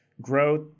Growth